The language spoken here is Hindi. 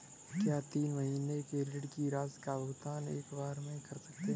क्या तीन महीने के ऋण की राशि का भुगतान एक बार में कर सकते हैं?